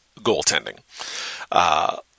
goaltending